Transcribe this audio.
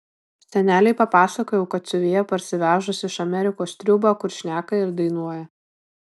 senelei papasakojau kad siuvėja parsivežus iš amerikos triūbą kur šneka ir dainuoja